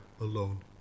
alone